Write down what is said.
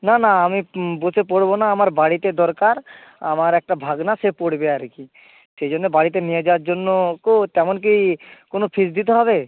না না আমি বসে পড়বো না আমার বাড়িতে দরকার আমার একটা ভাগনা সে পড়বে আর কি সেই জন্য বাড়িতে নিয়ে যাওয়ার জন্য কো তেমন কি কোনো ফিস দিতে হবে